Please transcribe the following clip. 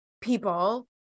people